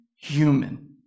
human